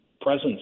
presence